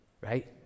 right